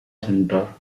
center